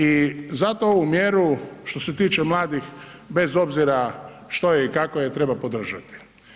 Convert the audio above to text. I zato ovu mjeru što se tiče mladih bez obzira što je i kako je treba podržati.